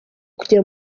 kugera